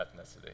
ethnicity